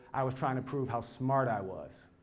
i was trying to prove how smart i was.